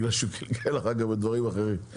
בגלל שהוא קלקל בדברים אחרים.